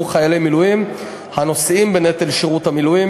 חיילי מילואים הנושאים בנטל שירות המילואים,